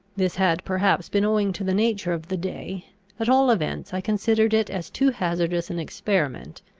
this had perhaps been owing to the nature of the day at all events i considered it as too hazardous an experiment,